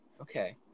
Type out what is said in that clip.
Okay